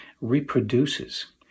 reproduces